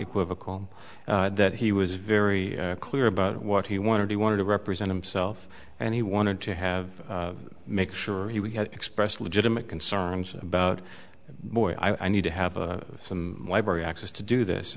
equivocal that he was very clear about what he wanted he wanted to represent himself and he wanted to have make sure he would express legitimate concerns about boy i need to have some library access to do this